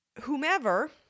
whomever